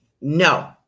no